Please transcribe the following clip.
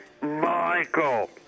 Michael